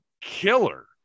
killer